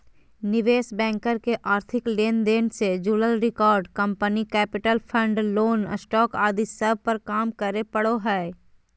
निवेश बैंकर के आर्थिक लेन देन से जुड़ल record, company capital, fund, loan, stock आदि सब पर काम करे पड़ो हय